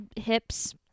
hips